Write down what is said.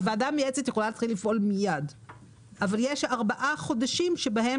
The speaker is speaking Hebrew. הוועדה המייעצת יכולה להתחיל לפעול מיד אבל יש ארבעה חודשים בהם